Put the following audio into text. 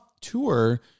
tour